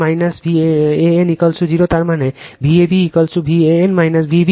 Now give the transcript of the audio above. Vbn Van 0 এর মানে আমার Vab Van Vbn